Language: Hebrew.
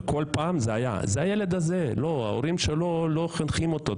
כל פעם אומרים "זה בגלל הילד שההורים שלו לא מחנכים טוב,